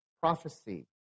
prophecy